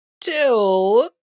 Till